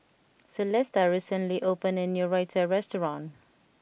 Celesta recently opened a new Raita restaurant